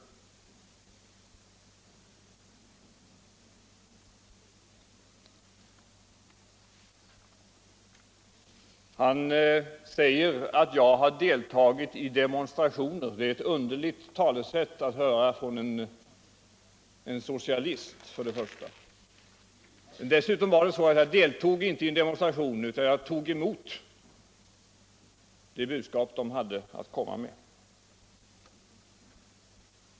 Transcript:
Ingvar Carlsson kritiserar att jag har deltagit i demonstrationer. Det är ett underligt talesätt från en socialist. Dessutom var det inte så utt jag deltog i en viss demonstration, utan jag tog emot det budskap man hade att komma med.